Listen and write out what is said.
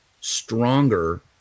stronger